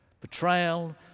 Betrayal